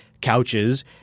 couches